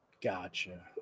Gotcha